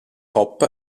hop